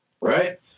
Right